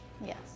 Yes